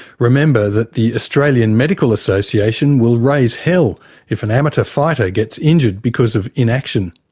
remember that the australian medical association will raise hell if an amateur fighter gets injured because of inaction.